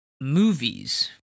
movies